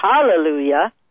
hallelujah